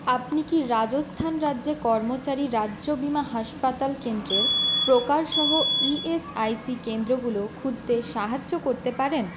আপনি কি রাজস্থান রাজ্যে কর্মচারী রাজ্য বিমা হাসপাতাল কেন্দ্রের প্রকারসহ ই এস আই সি কেন্দ্রগুলো খুঁজতে সাহায্য করতে পারেন